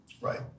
Right